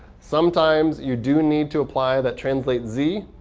sometimes, you do need to apply that translatez zero.